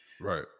Right